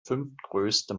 fünftgrößte